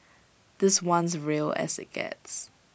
this one's real as IT gets